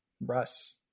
Russ